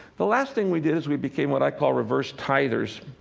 the last thing we did is we became what i call reverse tithers.